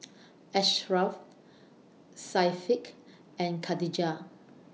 Asharaff Syafiqah and Khatijah